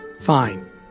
fine